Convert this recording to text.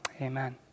Amen